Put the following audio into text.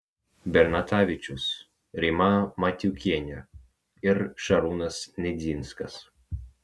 bernatavičius rima matiukienė ir šarūnas nedzinskas